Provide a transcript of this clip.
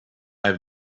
have